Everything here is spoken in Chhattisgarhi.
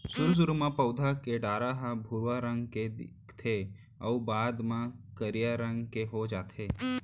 सुरू सुरू म पउधा के डारा ह भुरवा रंग के दिखथे अउ बाद म करिया रंग के हो जाथे